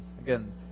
Again